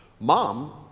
Mom